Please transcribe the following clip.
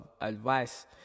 advice